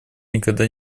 никогда